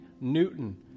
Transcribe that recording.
Newton